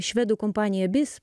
švedų kompanija bis